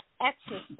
exercise